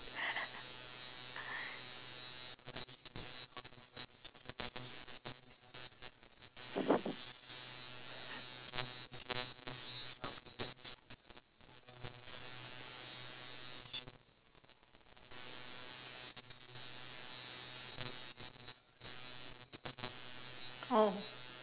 oh